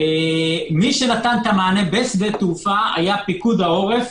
מי שנתן את המענה בשדה התעופה היה פיקוד העורף,